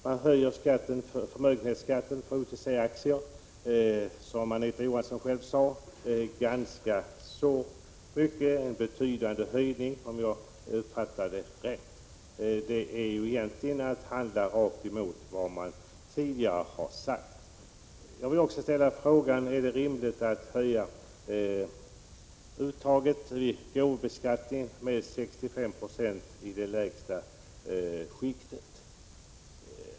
Man höjer förmögenhetsskatten för OTC-aktier med ganska så mycket. Anita Johansson sade, om jag uppfattade henne rätt, att det är fråga om en betydande höjning. Detta är egentligen att handla rakt emot vad man tidigare har sagt. gåvobeskattning med 65 96 i det lägsta skiktet.